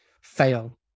fail